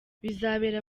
bizabera